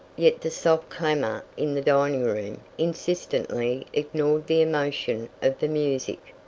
yet the soft clamor in the dining-room insistently ignored the emotion of the music.